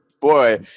boy